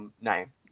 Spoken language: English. name